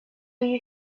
you